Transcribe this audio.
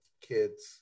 kids